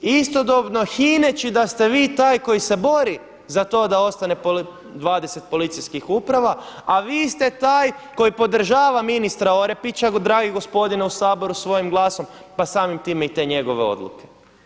Istodobno hineći da ste vi taj koji se bori za to da ostane 20 policijskih uprava a vi ste taj koji podržava ministra Orepića dragi gospodine u Saboru svojim glasom pa samim time i te njegove odluke.